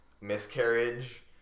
miscarriage